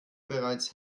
bereits